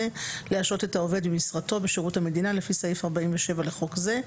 להשעות את העובד ממשרתו בשירות המדינה לפי סעיף 47 לחוק זה,